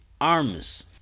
arms